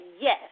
Yes